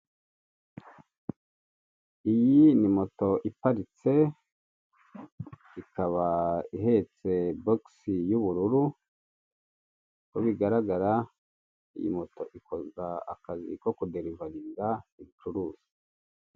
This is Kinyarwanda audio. Iyi ni moto iparitse, ikaba ihetse bogisi y'ubururu, uko bigaragara iyi moto ikoza akazi ko kuderivaringa ibicuruzwa.